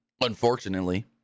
unfortunately